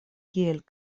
kiel